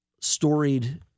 storied